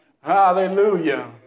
Hallelujah